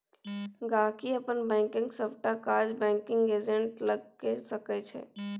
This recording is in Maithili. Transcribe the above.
गांहिकी अपन बैंकक सबटा काज बैंकिग एजेंट लग कए सकै छै